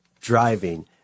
driving